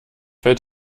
fällt